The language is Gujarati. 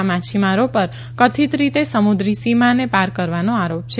આ માછીમારો પર કથિત રીતે સમુદ્રી સીમાને પાર કરવાનો આરોપ છે